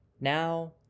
Now